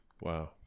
Wow